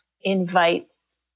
invites